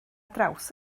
draws